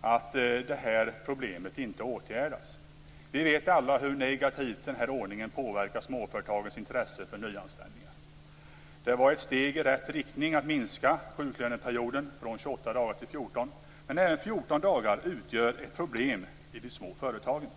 att detta problem inte åtgärdas. Vi vet alla hur negativt denna ordning påverkar småföretagens intresse för nyanställningar. Det var ett steg i rätt riktning att minska sjuklöneperioden från 28 till 14 dagar. Men även 14 dagar utgör ett problem i de små företagen.